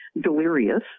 delirious